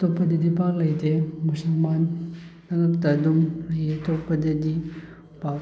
ꯑꯇꯣꯞꯄꯗꯗꯤ ꯄꯥꯛ ꯂꯩꯇꯦ ꯃꯨꯁꯜꯃꯥꯟ ꯃꯔꯛꯇ ꯑꯗꯨꯝ ꯑꯇꯣꯞꯄꯗꯗꯤ ꯄꯥꯛ